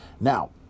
now